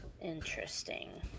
Interesting